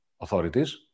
authorities